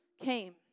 came